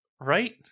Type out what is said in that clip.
Right